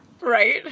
Right